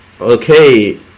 Okay